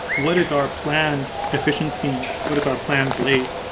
what is our planned efficiency? what is our planned late?